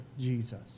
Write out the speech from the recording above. jesus